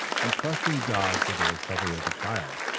entrusting god for the recovery of the child,